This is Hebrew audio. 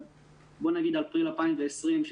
לבין אפריל 2020,